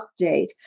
update